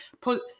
put